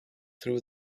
through